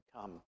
come